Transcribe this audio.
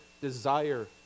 desire